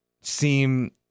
seem